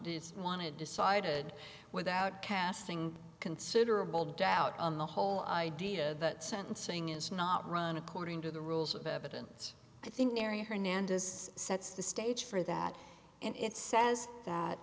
just want to decided without casting considerable doubt on the whole idea that sentencing is not run according to the rules of evidence i think mary hernandez sets the stage for that and it says that